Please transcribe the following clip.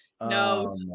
no